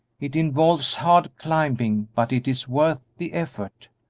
it involves hard climbing, but it is worth the effort.